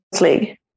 League